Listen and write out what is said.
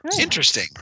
Interesting